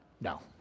No